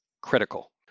critical